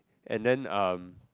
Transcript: and then um